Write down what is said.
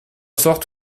sorte